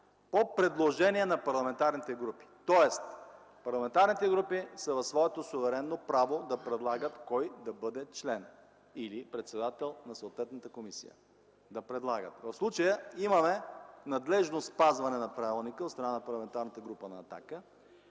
„по предложение на парламентарните групи”. Тоест парламентарните групи са в своето суверенно право да предлагат кой да бъде член или председател на съответната комисия. Да предлагат! В случая имаме надлежно спазване на правилника от страна на Парламентарната група на „Атака”